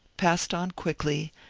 passed on quickly,